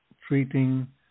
treating